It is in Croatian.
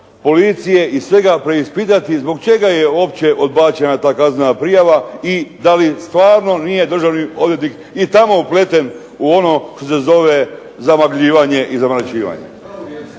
policije i svega preispitati zbog čega je uopće odbačena ta kaznena prijava, i da li stvarno nije državni odvjetnik ni tamo upleten u ono što se zove zamagljivanje i zamračivanje.